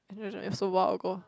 i don't know it's a while ago